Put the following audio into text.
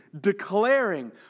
declaring